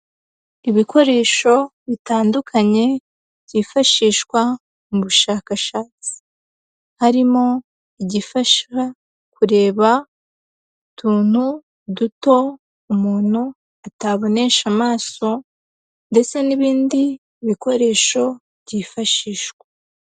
Ibikoresho bitandukanye byifashishwa mu bushakashatsi, harimo igifasha kureba utuntu duto umuntu atabonesha amaso ndetse, n'ibindi bikoresho byifashishwa.